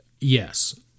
Yes